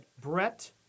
Brett